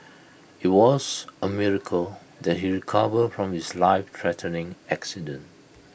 IT was A miracle that he recovered from his lifethreatening accident